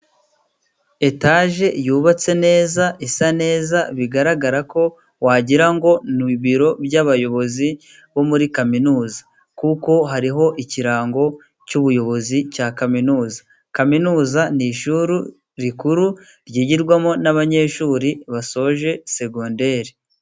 Etaje yubatse neza， isa neza， bigaragara ko wagira ngo ni ibiro by'abayobozi bo muri kaminuza， kuko hariho ikirango cy'ubuyobozi cya kaminuza. Kaminuza ni ishuri rikuru， ryigirwamo n'abanyeshuri basoje segonderi.